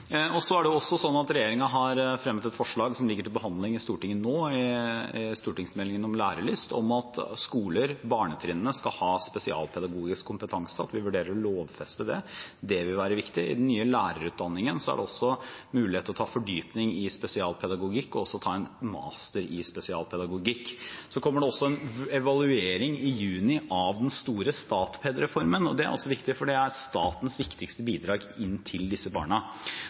også fremmet et forslag som ligger til behandling i Stortinget nå – stortingsmeldingen om lærelyst – om at skoler, barnetrinnene, skal ha spesialpedagogisk kompetanse, og at vi vurderer å lovfeste det. Det vil være viktig. I den nye lærerutdanningen er det også mulighet til å ta fordypning i spesialpedagogikk og også ta en master i spesialpedagogikk. Det kommer også en evaluering i juni av den store Statped-reformen, og det er viktig, for det er statens viktigste bidrag inn til disse barna.